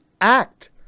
act